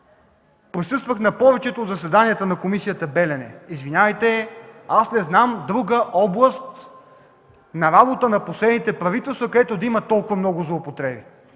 присъствах на повечето от заседанията на Комисията „Белене”. Извинявайте, не знам друга област на работа на последните правителства, където да има толкова много злоупотреби.